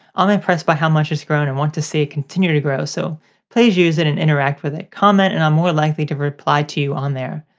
i'm impressed by how much it's grown and want to see it continue to grow so please use it and interact with it, comment and i'm more likely to reply to you on there.